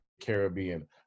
Caribbean